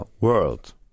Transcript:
world